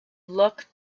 look